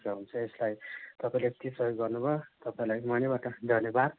हुन्छ हुन्छ यसलाई तपाईँले यति सहयोग गर्नु भयो तपाईँलाई मनैबाट धन्यवाद